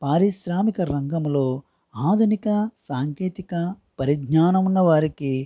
పారిశ్రామిక రంగంలో ఆధునిక సాంకేతికత పరిజ్ఞానం ఉన్న వారికి